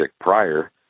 prior